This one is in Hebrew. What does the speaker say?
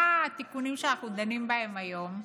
מה התיקונים שאנחנו דנים בהם היום?